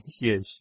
Yes